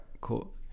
cool